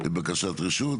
בקשת רשות